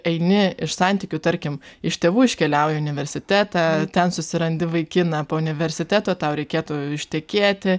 eini iš santykių tarkim iš tėvų iškeliauji į universitetą ten susirandi vaikiną po universiteto tau reikėtų ištekėti